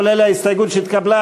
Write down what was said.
כהצעת הוועדה ועם ההסתייגות שנתקבלה,